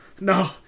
no